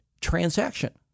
transaction